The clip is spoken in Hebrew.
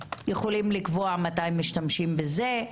יכולים לקבוע מתי משתמשים בזה,